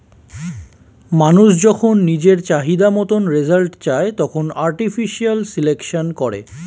মানুষ যখন নিজের চাহিদা মতন রেজাল্ট চায়, তখন আর্টিফিশিয়াল সিলেকশন করে